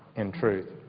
in truth.